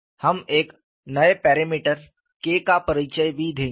हम एक नए पैरामीटर K का परिचय भी देंगे